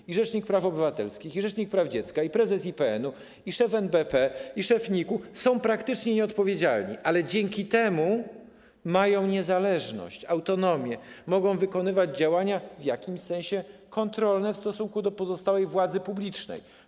I rzecznik praw obywatelskich, i rzecznik praw dziecka, i prezes IPN-u, i szef NBP, i szef NIK-u są praktycznie nieodpowiedzialni, ale dzięki temu mają niezależność, autonomię, mogą wykonywać działania w jakimś sensie kontrolne w stosunku do pozostałej władzy publicznej.